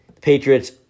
Patriots